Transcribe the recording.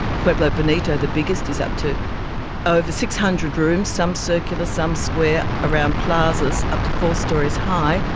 pueblo bonito, the biggest, is up to over six hundred rooms, some circular, some square, around plazas, up to four storeys high,